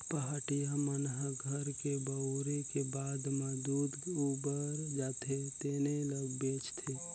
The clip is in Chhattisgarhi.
पहाटिया मन ह घर के बउरे के बाद म दूद उबर जाथे तेने ल बेंचथे